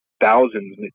thousands